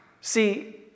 See